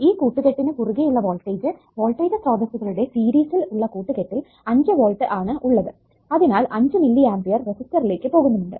ഈ കൂട്ടുകെട്ടിനു കുറുകെ ഉള്ള വോൾടേജ് വോൾടേജ് സ്രോതസ്സുകളുടെ സീരിസിൽ ഉള്ള കൂട്ടുകെട്ടിൽ 5 വോൾട്ട് ആണ് ഉള്ളത് അതിനാൽ 5 മില്ലിആംപിയർ റെസിസ്റ്ററിലേക്ക് പോകുന്നുമുണ്ട്